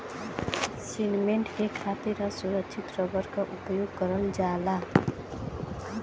cement के खातिर असुरछित रबर क उपयोग करल जाला